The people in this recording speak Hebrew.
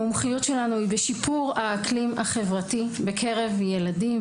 המומחיות שלנו היא בשיפור האקלים החברתי בקרב ילדים,